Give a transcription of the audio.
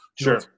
Sure